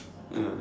ya